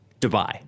Dubai